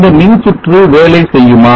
இந்த மின்சுற்று வேலை செய்யுமா